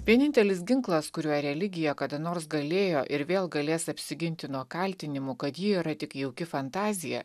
vienintelis ginklas kuriuo religija kada nors galėjo ir vėl galės apsiginti nuo kaltinimų kad ji yra tik jauki fantazija